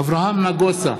אברהם נגוסה,